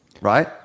Right